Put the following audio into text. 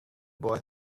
boy